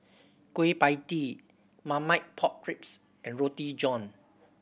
Kueh Pie Tee Marmite Pork Ribs and Roti John